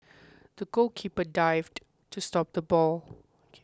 the goalkeeper dived to stop the ball